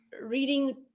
reading